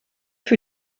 für